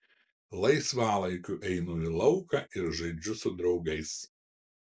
laisvalaikiu einu į lauką ir žaidžiu su draugais